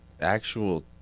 actual